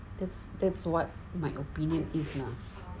that's that's what my opinion is lah